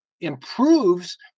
improves